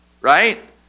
right